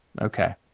okay